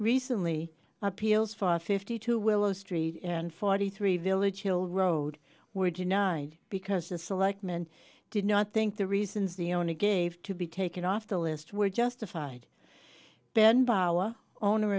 recently appeals for fifty two willow street and forty three village killed road were denied because the selectmen did not think the reasons the only gave to be taken off the list were justified ben bar owner